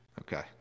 okay